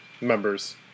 members